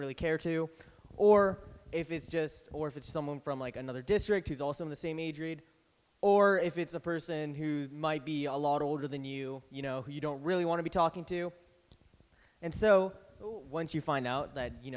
really care to or if it's just or if it's someone from like another district who's also in the same age read or if it's a person who might be a lot older than you you know you don't really want to be talking to and so once you find out that you